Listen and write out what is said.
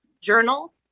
journal